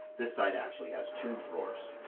this side actually has two drawers.